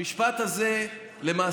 המשפט הזה למעשה,